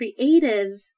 creatives